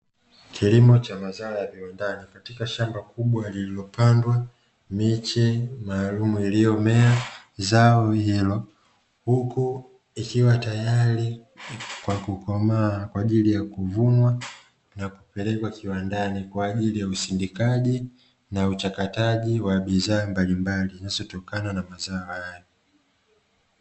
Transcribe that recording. Kilimo cha mazao ya viwandani katika shamba kubwa lililopandwa miche maalumu, iliyomea zao hilo huku ikiwa teyari kwa kukomaa kwa ajili ya kuvunwa na kupelekwa kiwandani kwa ajili ya usindikaji na uchakataji wa bidhaa mbalimbali zinazotokana na mazao hayo.